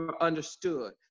understood